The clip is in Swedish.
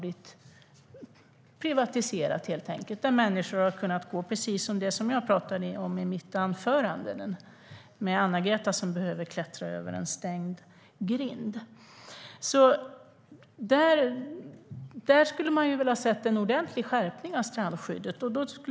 Människor har tidigare kunnat gå på de ställena. Det är samma förhållande som det jag tog upp i mitt anförande om Anna-Greta som behöver klättra över en stängd grind. Där skulle man ha velat se en ordentlig skärpning av strandskyddet.